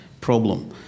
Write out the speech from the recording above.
problem